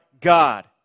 God